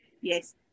yes